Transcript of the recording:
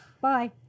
Bye